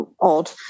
odd